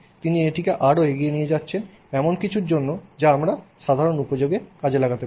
তিনি এটিকে আরও এগিয়ে নিয়ে যাচ্ছেন এমন কিছুর জন্য যা আমরা সাধারণ উপযোগে লাগাতে পারি